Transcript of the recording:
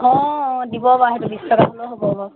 অঁ দিব বাৰু সেইটো বিছ টকা হ'লেও হ'ব বাৰু